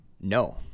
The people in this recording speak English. No